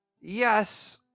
yes